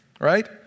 right